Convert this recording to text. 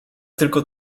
tylko